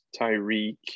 Tyreek